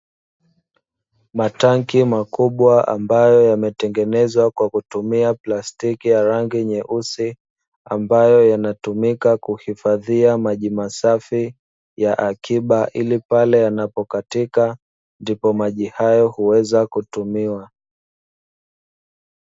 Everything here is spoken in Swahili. Matangi makubwa ambayo yametengenezwa kwa kutumia plastiki ya rangi nyeusi, ambayo yanatumika kuhifadhia maji masafi ya akiba ili pale anapokatika ndipo maji hayo huweza kutumiwa.